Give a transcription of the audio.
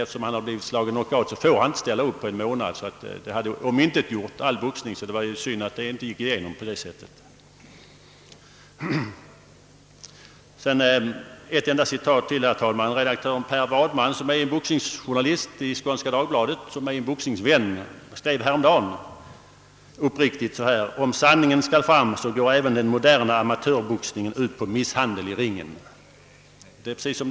Eftersom han blivit slagen knockout, skulle han inte fått ställa upp på en månad och det skulle ha omintetgjort all boxning, så det var ju egentligen synd att det förslaget inte genomfördes. Ett enda citat till, herr talman! Redaktör Per Wadman som är en boxningsjournalist i Skånska Dagbladet och boxningsvän skrev häromdagen följande: »Om sanningen skall fram så går även den ”moderna” amatörboxningen ut på misshandel i ringen.» Det är ett faktum.